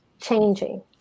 changing